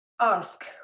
ask